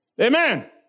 amen